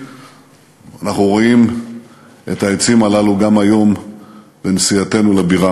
אנחנו רואים את העצים הללו גם היום בנסיעתנו לבירה,